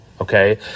okay